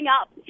up